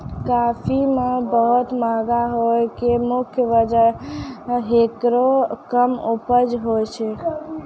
काफी के बहुत महंगा होय के मुख्य वजह हेकरो कम उपज होय छै